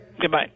Goodbye